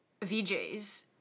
VJs